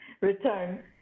return